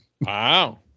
Wow